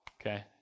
okay